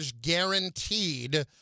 guaranteed